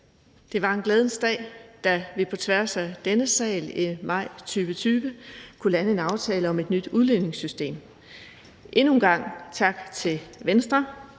Det var en glædens dag, da vi på tværs af denne sal i maj 2020 kunne lande en aftale om et nyt udligningssystem. Endnu en gang tak til Venstre,